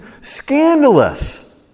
scandalous